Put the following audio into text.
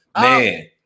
Man